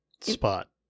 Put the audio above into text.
spot